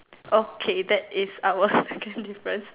okay that is our second difference